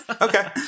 Okay